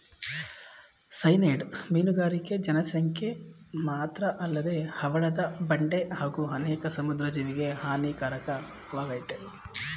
cyanide ಮೀನುಗಾರಿಕೆ ಜನಸಂಖ್ಯೆ ಮಾತ್ರಅಲ್ಲದೆ ಹವಳದ ಬಂಡೆ ಹಾಗೂ ಅನೇಕ ಸಮುದ್ರ ಜೀವಿಗೆ ಹಾನಿಕಾರಕವಾಗಯ್ತೆ